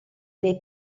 dei